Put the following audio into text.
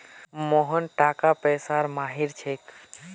मोहन टाका पैसार माहिर छिके